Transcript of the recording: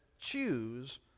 choose